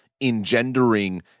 engendering